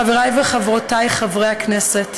חבריי וחברותיי חברי הכנסת,